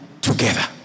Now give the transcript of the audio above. together